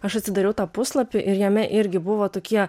aš atsidariau tą puslapį ir jame irgi buvo tokie